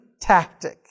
tactic